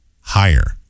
higher